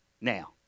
Now